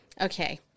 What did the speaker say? okay